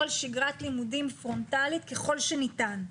על שגרת לימודים פרונטלית ככל שניתן.